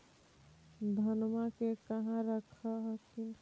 धनमा के कहा रख हखिन?